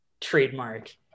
trademark